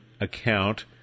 account